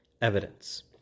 evidence